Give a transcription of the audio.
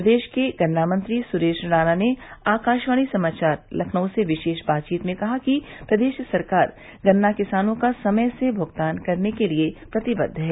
प्रदेश के गन्ना मंत्री सुरेश राणा ने आकाशवाणी समाचार लखनऊ से विशेष बातचीत में कहा कि प्रदेश सरकार गन्ना किसानों का समय से भुगतान कराने के लिए प्रतिबद्व है